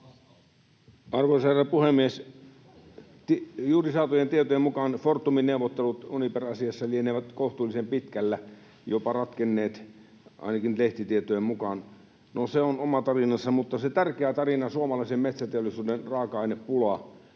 Arvoisa herra puhemies! Juuri saatujen tietojen mukaan Fortumin neuvottelut Uniper-asiassa lienevät kohtuullisen pitkällä, jopa ratkenneet, ainakin lehtitietojen mukaan. No, se on oma tarinansa. Mutta se tärkeä tarina suomalaisen metsäteollisuuden raaka-ainepulaan: